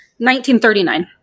1939